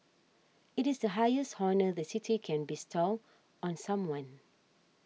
it is the highest honour the City can bestow on someone